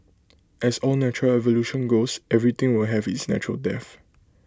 as all natural evolution goes everything will have its natural death